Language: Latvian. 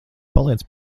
paliec